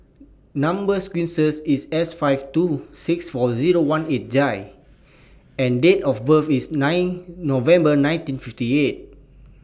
Number sequences IS S five two six four Zero one eight J and Date of birth IS nine November nineteen fifty eight